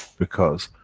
because,